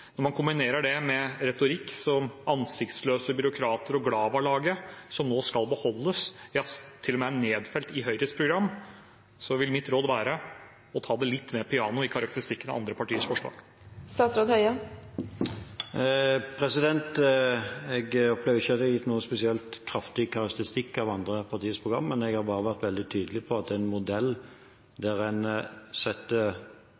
når man kombinerer det med retorikk som «ansiktsløse byråkrater» og «glavalaget», og at det nå skal beholdes, ja, til og med er nedfelt i Høyres program, vil mitt råd være å ta det litt mer piano i karakteristikken av andre partiers forslag. Jeg opplever ikke at jeg har gitt noen spesielt kraftig karakteristikk av andre partiers program, men at jeg bare har vært veldig tydelig på at en modell der en setter